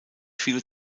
viele